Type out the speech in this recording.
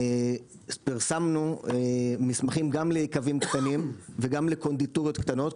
פרסמנו מסמכים גם ליקבים קטנים וגם לקונדיטוריות קטנות,